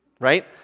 right